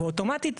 ואוטומטית,